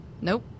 Nope